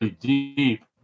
deep